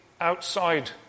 outside